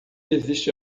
existe